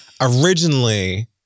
originally